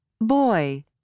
boy